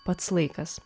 pats laikas